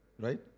right